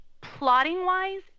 plotting-wise